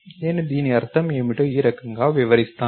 నేను దీని అర్థం ఏమిటో ఈ రకంగా వివరిస్తాను